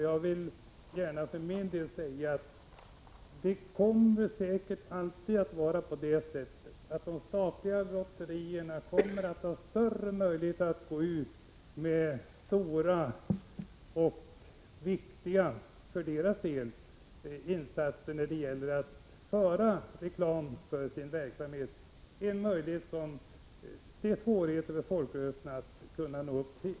Jag vill gärna för min del säga att det säkert alltid kommer att vara på det sättet att de statliga lotterierna kan göra reklaminsatser i en omfattning som det är svårt för folkrörelserna att nå upp till.